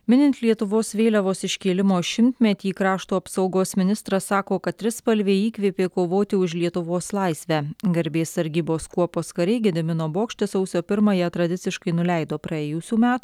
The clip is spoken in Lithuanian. minint lietuvos vėliavos iškėlimo šimtmetį krašto apsaugos ministras sako kad trispalvė įkvėpė kovoti už lietuvos laisvę garbės sargybos kuopos kariai gedimino bokšte sausio pirmąją tradiciškai nuleido praėjusių metų